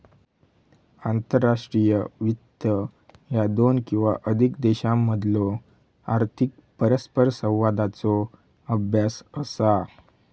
आंतरराष्ट्रीय वित्त ह्या दोन किंवा अधिक देशांमधलो आर्थिक परस्परसंवादाचो अभ्यास असा